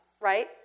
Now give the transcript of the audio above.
right